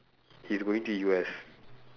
he's going to U_S